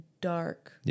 dark